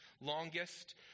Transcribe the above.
longest